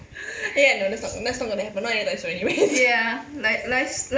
eh no that's not that's not going to happen not anytime soon anyway